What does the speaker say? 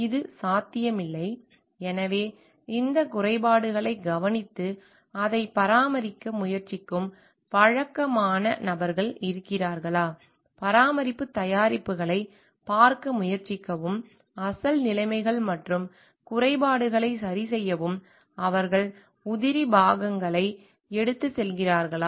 இது சாத்தியமில்லை எனவே இந்த குறைபாடுகளை கவனித்து அதை பராமரிக்க முயற்சிக்கும் வழக்கமான நபர்கள் இருக்கிறார்களா பராமரிப்பு தயாரிப்புகளை பார்க்க முயற்சிக்கவும் அசல் நிலைமைகள் மற்றும் குறைபாடுகளை சரிசெய்யவும் அவர்கள் உதிரி பாகங்களை எடுத்துச் செல்கிறார்களா